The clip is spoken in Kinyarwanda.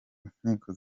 inkiko